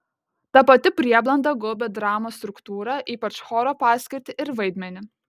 ta pati prieblanda gaubė dramos struktūrą ypač choro paskirtį ir vaidmenį